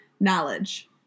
knowledge